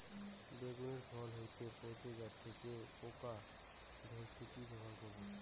বেগুনের ফল হতেই পচে যাচ্ছে ও পোকা ধরছে কি ব্যবহার করব?